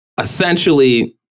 essentially